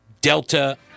Delta